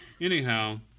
anyhow